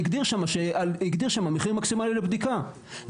והגדיר שם מחיר מקסימלי לבדיקה.